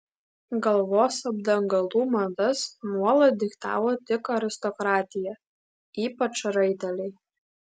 galvos apdangalų madas nuolat diktavo tik aristokratija ypač raiteliai